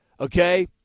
okay